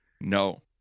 No